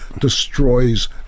destroys